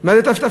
מה זה תשע"ד?